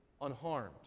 unharmed